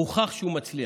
הוכח שהוא מצליח,